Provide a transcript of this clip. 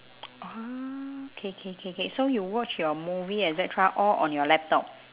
orh okay okay okay okay so you watch your movie et cetera all on your laptop